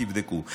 תבדקו,